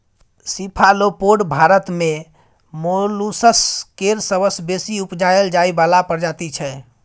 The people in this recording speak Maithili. सीफालोपोड भारत मे मोलुसस केर सबसँ बेसी उपजाएल जाइ बला प्रजाति छै